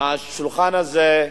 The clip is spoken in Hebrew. מעל השולחן הזה,